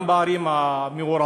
גם הערים המעורבות,